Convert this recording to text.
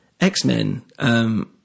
X-Men